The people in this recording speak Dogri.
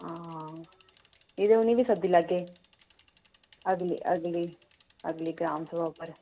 हां नेईं ते उ'नें ई बी सद्दी लैह्गे अगली अगली अगली ग्राम सभाऽ उप्पर